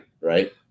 right